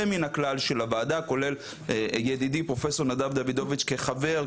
מן הכלל של הוועדה כולל ידידי פרופ' נדב דוידוביץ' כחבר,